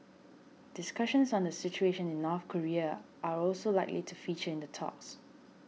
discussions on the situation in North Korea are also likely to feature in the talks